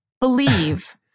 Believe